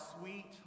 sweet